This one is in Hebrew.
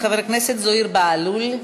חבר הכנסת זוהיר בהלול.